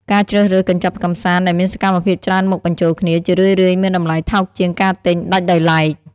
ការជ្រើសរើសកញ្ចប់កម្សាន្តដែលមានសកម្មភាពច្រើនមុខបញ្ចូលគ្នា ជារឿយៗមានតម្លៃថោកជាងការទិញដាច់ដោយឡែក។